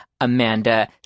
Amanda